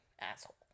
asshole